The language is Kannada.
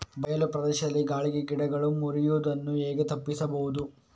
ಬಯಲು ಪ್ರದೇಶದಲ್ಲಿ ಗಾಳಿಗೆ ಗಿಡಗಳು ಮುರಿಯುದನ್ನು ಹೇಗೆ ತಪ್ಪಿಸಬಹುದು?